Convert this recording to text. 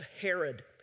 Herod